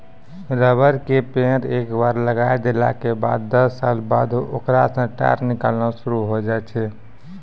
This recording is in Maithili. रबर के पेड़ एक बार लगाय देला के बाद दस साल बाद होकरा सॅ टार निकालना शुरू होय जाय छै